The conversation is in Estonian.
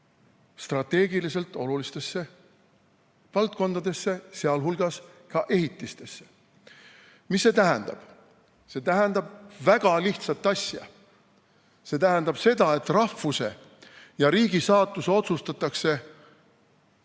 strateegiliselt olulistesse valdkondadesse, sealhulgas ka ehitistesse. Mis see tähendab? See tähendab väga lihtsat asja. See tähendab seda, et rahvuse ja riigi saatus otsustatakse